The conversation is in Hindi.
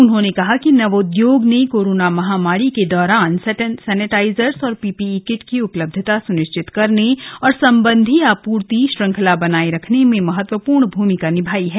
उन्होंने कहा कि नवोद्योग ने कोरोना महामारी के दौरान सेनेटाइजर्स और पीपीई किट की उपलब्धता सुनिश्चित करने और संबंधी आपूर्ति श्रृंखला बनाए रखने में महत्वपूर्ण भूमिका निभाई है